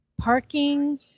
parking